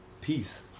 peace